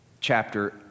chapter